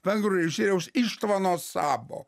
vengrų režisieriaus ištvano sabo